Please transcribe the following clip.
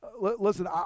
Listen